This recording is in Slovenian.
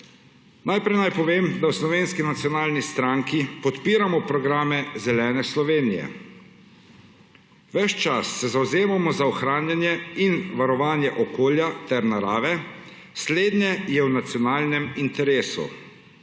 Najprej naj povem, da v Slovenski nacionalni stranki podpiramo programe Zelene Slovenije. Ves čas se zavzemamo za ohranjanje in varovanje okolja ter narave, slednje je v nacionalnem interesu.